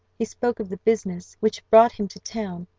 he spoke of the business which brought him to town,